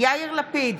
יאיר לפיד,